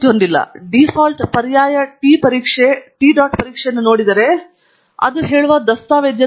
ಆದ್ದರಿಂದ ಡೀಫಾಲ್ಟ್ ಪರ್ಯಾಯ ಟಿ ಪರೀಕ್ಷೆ ಟಿ ಡಾಟ್ ಪರೀಕ್ಷೆಯನ್ನು ನೋಡಿದರೆ ಅದು ಹೇಳುವ ದಸ್ತಾವೇಜನ್ನು ನೋಡಿ